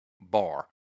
bar